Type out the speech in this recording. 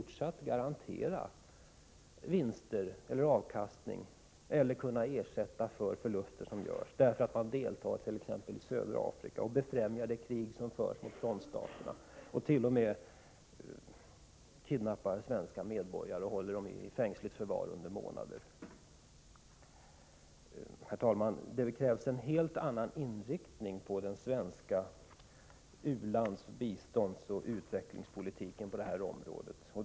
1987/88:36 | fortsatt avkastning. Det kan också bli fråga om att ersätta förluster som görs 2 december 1987 därför att företag deltar t.ex. i södra Afrika och befrämjar det krig som förs CSKA nde kn. mot frontstaterna — ett krig där man t.o.m. kidnappar svenska medborgare N 3 Häl LEAN oh ventionen om upprättoch håller dem i fängsligt förvar under månader. - ande av det multilatera Herr talman! Det krävs en helt annan inriktning på den svenska biståndsoch utvecklingspolitiken på detta område.